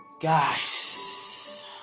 Guys